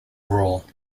rule